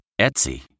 Etsy